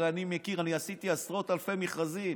הרי אני מכיר, אני עשיתי עשרות אלפי מכרזים,